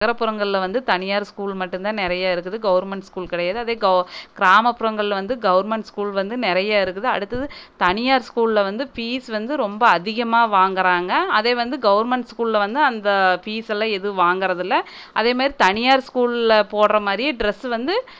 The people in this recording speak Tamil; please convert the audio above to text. நகரப்புறங்களில் வந்து தனியார் ஸ்கூல் மட்டும் தான் நிறையா இருக்குது கவர்ன்மெண்ட் ஸ்கூல் கிடையாது அதே க கிராமப்புறங்களில் வந்து கவர்ன்மெண்ட் ஸ்கூல் வந்து நிறைய இருக்குது அடுத்தது தனியார் ஸ்கூலில் வந்து ஃபீஸ் வந்து ரொம்ப அதிகமாக வாங்குறாங்க அதே வந்து கவர்ன்மெண்ட் ஸ்கூலில் வந்து அந்த ஃபீஸ் எல்லாம் ஏதும் வாங்குவது இல்லை அதேமாதிரி தனியார் ஸ்கூலில் போடுறமாதிரி டிரஸ் வந்து